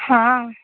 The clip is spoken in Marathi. हा